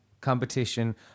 competition